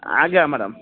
ଆଜ୍ଞା ମ୍ୟାଡ଼ାମ୍